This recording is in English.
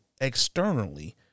externally